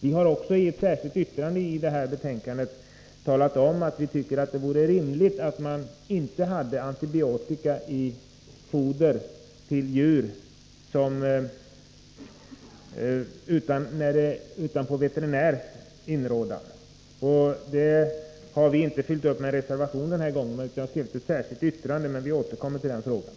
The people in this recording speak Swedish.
Vi har också i ett särskilt yttrande i det här betänkandet talat om att vi Nr 50 tycker det vore rimligt att inte ha antibiotika i foder till djur annat än på Fredagen den veterinärs inrådan. Denna åsikt har vi dock inte följt upp med någon 16 december 1983 reservation den här gången, utan vi har skrivit ett särskilt yttrande i stället. Vi återkommer till den frågan.